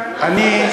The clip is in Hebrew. וכאן אני,